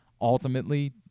Ultimately